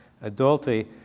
adultery